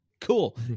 Cool